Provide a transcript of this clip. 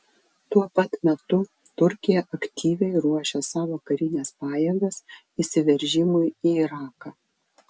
tuo pat metu turkija aktyviai ruošia savo karines pajėgas įsiveržimui į iraką